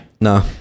No